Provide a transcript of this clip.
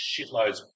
shitloads